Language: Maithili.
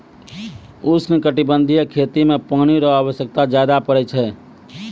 उष्णकटिबंधीय खेती मे पानी रो आवश्यकता ज्यादा पड़ै छै